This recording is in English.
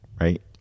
right